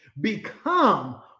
become